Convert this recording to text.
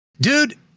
Dude